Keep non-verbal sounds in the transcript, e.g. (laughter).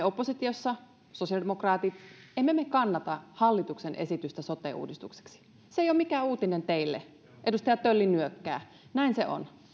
(unintelligible) oppositiossa me sosiaalidemokraatit emme kannata hallituksen esitystä sote uudistukseksi se ei ole mikään uutinen teille edustaja tölli nyökkää näin se on